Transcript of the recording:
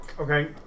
Okay